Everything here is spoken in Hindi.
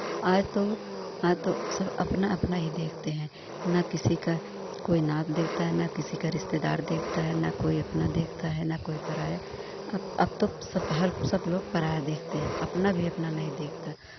आज तो हाँ तो सब अपना अपना ही देखते हैं ना किसी का कोई नात देखता है ना किसी का रिश्तेदार देखता है ना कोई अपना देखता है ना कोई पराया अप अब तो सब हर सब लोग पराया देखते हैं अपना भी अपना नहीं देखता